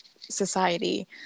society